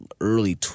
early